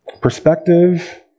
perspective